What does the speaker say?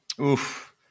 Oof